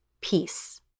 peace